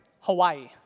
Hawaii